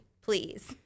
please